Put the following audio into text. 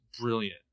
brilliant